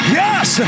yes